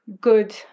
good